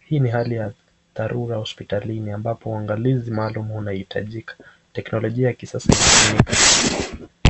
Hii ni hali ya dharura hospitalini ambapo uangalizi maalum unahitajika. Teknolojia ya kisasa inatumika.